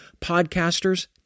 podcasters